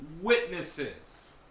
witnesses